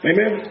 Amen